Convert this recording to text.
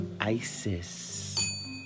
Isis